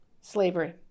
Slavery